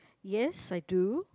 yes I do